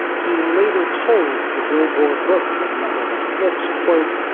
he later told the billboard book of number one hits, quote,